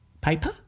paper